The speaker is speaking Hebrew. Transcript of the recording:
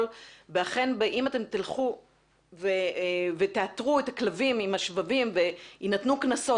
ואכן אם אתם תלכו ותאתרו את הכלבים עם השבבים ויינתנו קנסות,